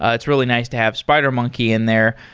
it's really nice to have spidermonkey in there.